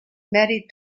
married